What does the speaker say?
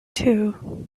too